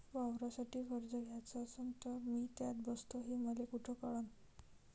वावरासाठी कर्ज घ्याचं असन तर मी त्यात बसतो हे मले कुठ कळन?